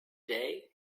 day